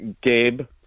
Gabe